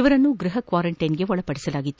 ಇವರನ್ನು ಗೃಹ ಕ್ವಾರೆಂಟ್ಟಿನ್ಗೆ ಒಳಪಡಿಸಲಾಗಿತ್ತು